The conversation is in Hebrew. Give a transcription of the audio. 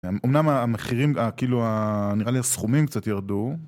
אמנם המחירים כאילו נראה לי הסכומים קצת ירדו